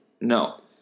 No